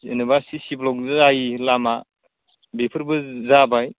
जेनेबा सिसि ब्लक जायि लामा बेफोरबो जाबाय